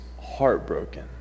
heartbroken